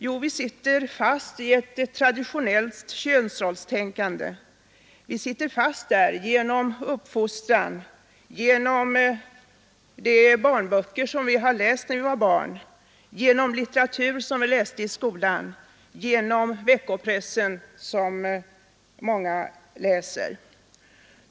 Jo, vi sitter ju fast i ett traditionellt könsrollstänkande genom uppfostran, genom de barnböcker vi har läst när vi var små, genom litteratur som vi läste i skolan och genom veckopressen, som många läser.